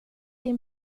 din